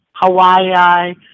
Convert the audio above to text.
Hawaii